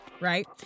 right